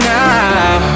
now